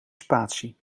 spatie